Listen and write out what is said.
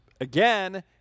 again